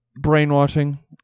brainwashing